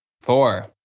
Four